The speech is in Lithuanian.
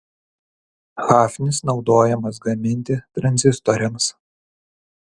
hafnis naudojamas gaminti tranzistoriams